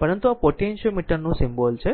પરંતુ આ આ પોટેન્ટીયોમીટર નું સિમ્બોલ છે